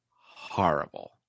horrible